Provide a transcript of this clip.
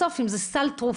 בסוף, אם זה סל תרופות